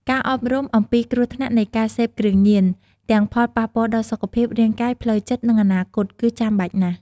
ការអប់រំអំពីគ្រោះថ្នាក់នៃការសេពគ្រឿងញៀន ទាំងផលប៉ះពាល់ដល់សុខភាព រាងកាយ ផ្លូវចិត្ត និងអនាគត គឺចាំបាច់ណាស់។